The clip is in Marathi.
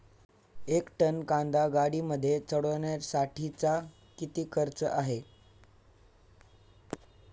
एक टन कांदा गाडीमध्ये चढवण्यासाठीचा किती खर्च आहे?